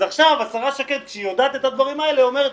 אז עכשיו השרה שקד כשהיא יודעת את הדברים האלה היא אומרת,